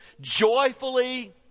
joyfully